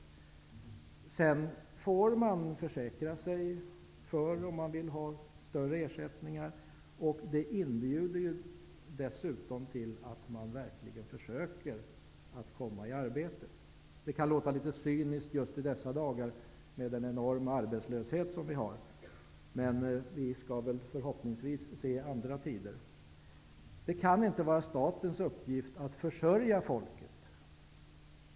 Om man vill ha större ersättningar får man försäkra sig för det. Detta inbjuder dessutom till att man verkligen försöker att komma i arbete. Det kan låta litet cyniskt just i dessa dagar med den enorma arbetslöshet som vi har. Men vi skall förhoppningsvis se andra tider. Det kan inte vara statens uppgift att försörja folket.